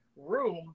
room